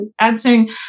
answering